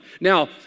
Now